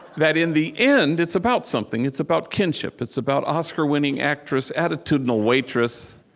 that in the end, it's about something. it's about kinship. it's about oscar-winning actress, attitudinal waitress